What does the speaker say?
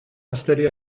installés